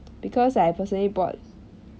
because I personally bought